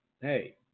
Hey